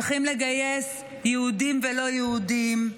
צריכים לגייס יהודים ולא יהודים,